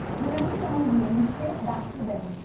remember someone's name and say it back to them.